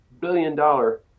billion-dollar